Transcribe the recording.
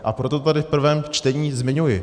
A proto to tady v prvém čtení zmiňuji.